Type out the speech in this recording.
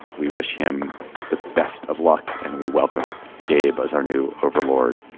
we wish him the best of luck and we welcome gabe as our new overlord.